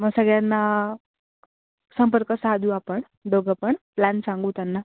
मग सगळ्यांना संपर्क साधू आपण दोघं पण प्लॅन सांगू त्यांना